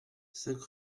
cinq